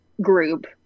group